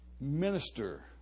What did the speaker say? Minister